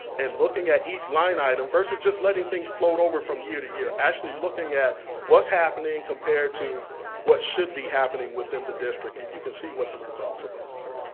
and looking at each line item versus just letting things float over from year to year, actually looking at what's happening compared to what should be happening within the district, and you can see what the results of those are.